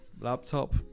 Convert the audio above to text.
laptop